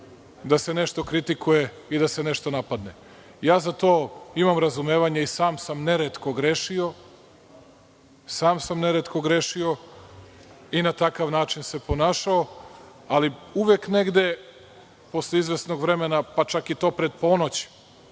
da se nešto kritikuje i nešto napadne.Za to imam razumevanja i sam sam neretko grešio i na takav način se ponašao, ali uvek negde posle izvesnog vremena, pa čak i pred ponoć